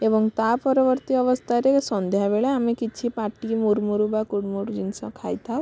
ଏବଂ ତା' ପରବର୍ତ୍ତୀ ଅବସ୍ଥାରେ ସନ୍ଧ୍ୟାବେଳେ ଆମେ କିଛି ପାଟି ମୁରୁମୁରୁ ବା କୁରୁମୁରୁ ଜିନିଷ ଖାଇଥାଉ